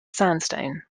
sandstone